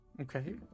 Okay